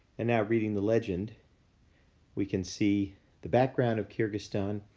and now reading the legend we can see the background of kyrgyzstan.